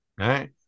Right